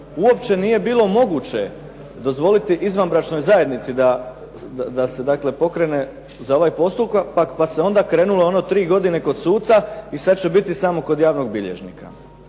uopće nije bilo moguće dozvoliti izvanbračnoj zajednici da pokrene ovaj postupak, pa se onda krenulo tri godine kod suca i sada će biti samo kod javnog bilježnika.